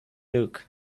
look